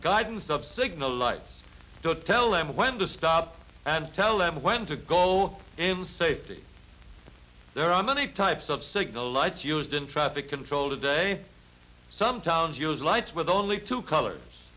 guidance up signal lights to tell them when to stop and tell them when to go am safety there are many types of signal lights used in traffic control today some towns use lights with only two colors